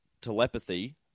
telepathy